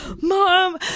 Mom